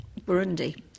Burundi